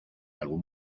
algún